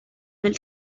will